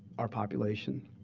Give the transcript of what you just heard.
our population.